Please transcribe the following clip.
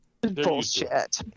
Bullshit